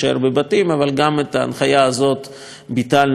אבל גם את ההנחיה הזאת ביטלנו מהר יחסית,